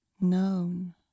known